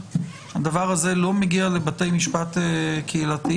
הדבר הזה לא מגיע לבתי משפט קהילתיים?